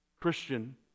Christian